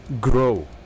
grow